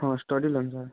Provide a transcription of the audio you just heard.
ହଁ study loan sir